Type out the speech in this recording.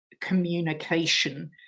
communication